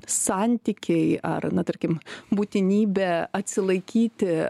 santykiai ar na tarkim būtinybę atsilaikyti